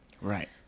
right